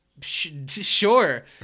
sure